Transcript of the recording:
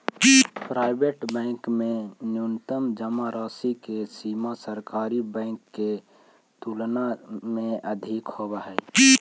private bank में न्यूनतम जमा राशि के सीमा सरकारी बैंक के तुलना में अधिक होवऽ हइ